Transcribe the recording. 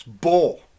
Bull